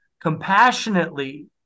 compassionately